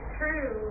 true